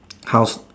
house